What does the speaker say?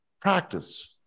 practice